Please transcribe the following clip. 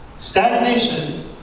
Stagnation